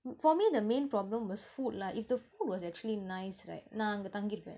for me the main problem was food lah if the food was actually nice right நா அங்க தங்கிருப்ப:naa anga thangiruppa